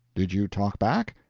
did you talk back?